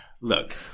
Look